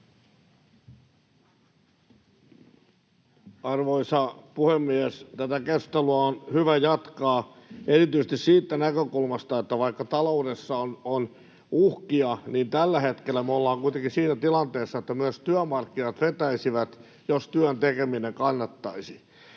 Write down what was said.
Arvoisa puhemies! Tätä keskustelua on hyvä jatkaa erityisesti siitä näkökulmasta, että vaikka taloudessa on uhkia, niin tällä hetkellä me ollaan kuitenkin siinä tilanteessa, että myös työmarkkinat vetäisivät, jos työn tekeminen kannattaisi.